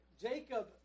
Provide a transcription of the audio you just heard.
Jacob